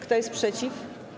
Kto jest przeciw?